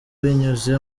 binyuze